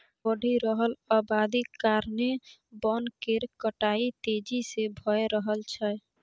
बढ़ि रहल अबादी कारणेँ बन केर कटाई तेजी से भए रहल छै